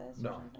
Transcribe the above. No